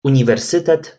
uniwersytet